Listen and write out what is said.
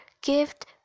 gift